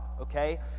Okay